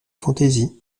fantaisies